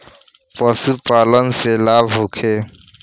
पशु पालन से लाभ होखे?